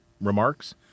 remarks